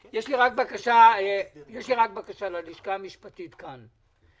יש לי בקשה ללשכה המשפטית כאן.